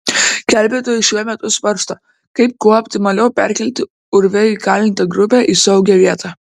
gelbėtojai šiuo metu svarsto kaip kuo optimaliau perkelti urve įkalintą grupę į saugią vietą